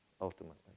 ultimately